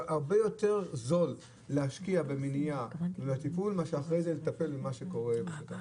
הרבה יותר זול להשקיע במניעה וטיפול מאשר אחרי זה לטפל במה שקרה.